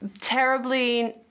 terribly